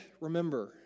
remember